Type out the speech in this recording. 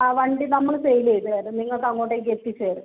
അ വണ്ടി ഞങ്ങൾ സെയിൽ ചെയ്ത് തരും നിങ്ങൾക്ക് അങ്ങോട്ടേക്ക് എത്തിച്ച് തരും